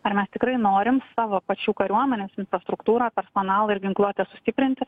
ar mes tikrai norim savo pačių kariuomenės infrastruktūrą personalą ir ginkluotę sustiprinti